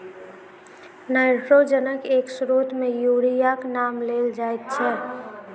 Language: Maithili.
नाइट्रोजनक एक स्रोत मे यूरियाक नाम लेल जाइत छै